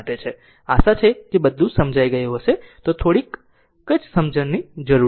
આશા છે કે બધું સમજાઈ ગયું છે થોડીજ સમજણની જરૂરી છે